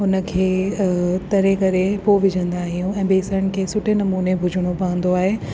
उन खे तरे करे पोइ विझंदा आहियूं ऐं बेसण खे सुठे नमूने भुञिणो पवंदो आहे